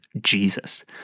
Jesus